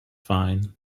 fine